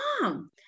Mom